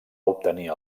obtenir